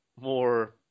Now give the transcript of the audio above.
more